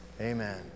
amen